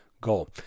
goal